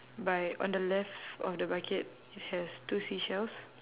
by on the left of the bucket has two seashells